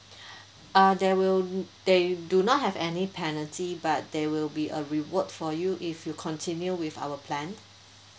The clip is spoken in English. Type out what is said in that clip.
uh there will they do not have any penalty but there will be a reward for you if you continue with our plan